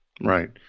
Right